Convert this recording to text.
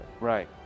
right